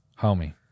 Homie